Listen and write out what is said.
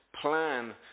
plan